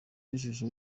n’ishusho